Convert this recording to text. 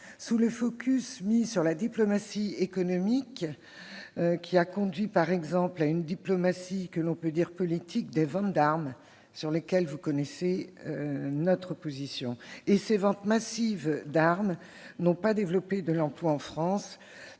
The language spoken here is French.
que le focus mis sur la diplomatie économique a conduit, par exemple, à une diplomatie politique des ventes d'armes, à propos desquelles vous connaissez notre opposition. Ces ventes massives d'armes n'ont pas développé d'emplois en France,